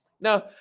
Now